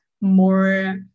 more